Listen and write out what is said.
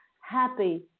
happy